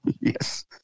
yes